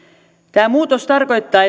tämä muutos tarkoittaa